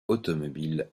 automobile